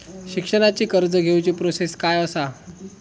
शिक्षणाची कर्ज घेऊची प्रोसेस काय असा?